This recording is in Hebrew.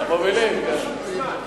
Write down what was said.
המובילים, כן.